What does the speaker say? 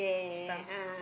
stuffs